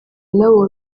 nawo